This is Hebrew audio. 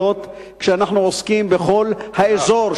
כשאנחנו עוסקים בכל האזור,